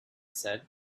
said